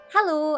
Hello